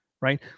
right